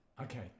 Okay